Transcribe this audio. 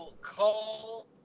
call